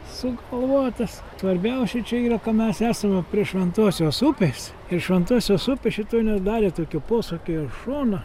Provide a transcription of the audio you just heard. sugalvotas svarbiausia čia yra ka mes esame prie šventosios upės ir šventosios upė šito nedarė tokio posūkio į šoną